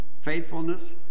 faithfulness